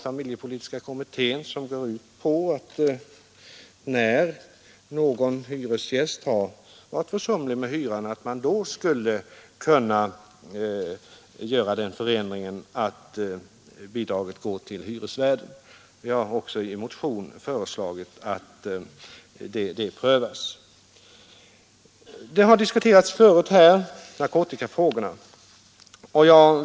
Familjepolitiska kommittén har avgivit ett förslag som går ut på den förändringen att bidraget skall utbetalas till hyresvärden, när hyresgästen varit försumlig med hyran. I vår motion har vi också föreslagit att detta tillvägagångssätt skall prövas, Tidigare har narkotikafrågorna diskuterats här.